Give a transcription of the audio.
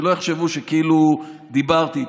שלא יחשבו שכאילו דיברתי איתו,